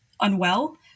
unwell